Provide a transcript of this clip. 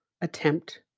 attempt